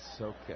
Okay